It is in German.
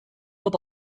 wird